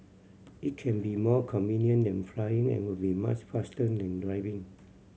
it can be more convenient than flying and will be much faster than driving